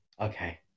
okay